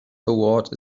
award